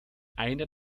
einer